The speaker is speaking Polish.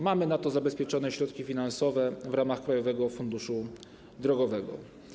Mamy na to zabezpieczone środki finansowe w ramach Krajowego Funduszu Drogowego.